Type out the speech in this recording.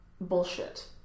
bullshit